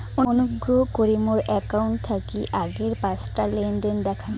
অনুগ্রহ করি মোর অ্যাকাউন্ট থাকি আগের পাঁচটা লেনদেন দেখান